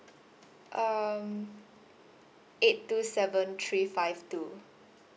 um eight two seven three five two